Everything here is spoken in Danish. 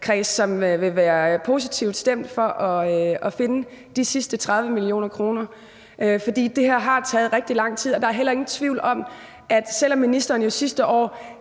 som vil være positivt stemt for at finde de sidste 30 mio. kr. For det her har taget rigtig lang tid, og der er heller ingen tvivl om, at selv om ministeren egentlig